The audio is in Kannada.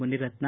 ಮುನಿರತ್ನ